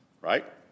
right